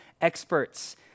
experts